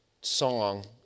song